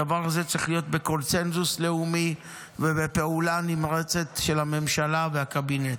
הדבר הזה צריך להיות בקונסנזוס לאומי ובפעולה נמרצת של הממשלה והקבינט.